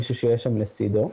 מישהו שיהיה שם לצדו.